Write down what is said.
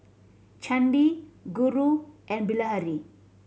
Chandi Guru and Bilahari